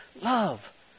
Love